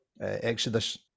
Exodus